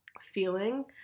feeling